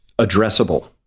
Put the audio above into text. addressable